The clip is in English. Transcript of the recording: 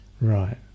right